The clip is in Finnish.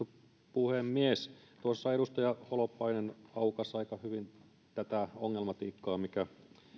puhemies tuossa edustaja holopainen aukaisi aika hyvin tätä ongelmatiikkaa mikä